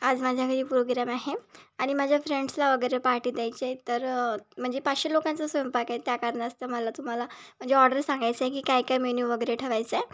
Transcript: आज माझ्या घरी प्रोग्रॅम आहे आणि माझ्या फ्रेंड्सला वगैरे पार्टी द्यायची तर म्हणजे पाचशे लोकांचं स्वयंपाक आहे त्या कारणास्ताव मला तुम्हाला म्हणजे ऑर्डर सांगायचं आहे की काय काय मेन्यू वगैरे ठेवायचा आहे